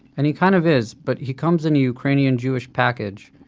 and he kind of is, but he comes in a ukrainian jewish package,